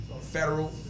federal